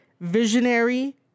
visionary